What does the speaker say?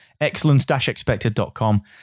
excellence-expected.com